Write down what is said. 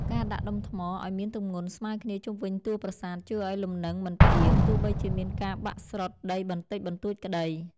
ការដាក់ដុំថ្មឱ្យមានទម្ងន់ស្មើគ្នាជុំវិញតួប្រាសាទជួយឱ្យលំនឹងមិនផ្អៀងទោះបីជាមានការបាក់ស្រុតដីបន្តិចបន្តួចក្តី។